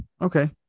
Okay